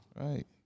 Right